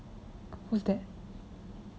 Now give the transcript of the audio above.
what's that